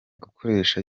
gukoresha